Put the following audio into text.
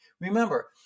Remember